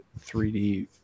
3D